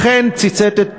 אכן ציטט את "דה-מרקר",